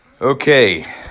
Okay